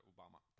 Obama